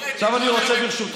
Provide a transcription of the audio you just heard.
עכשיו אני רוצה,